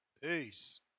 Peace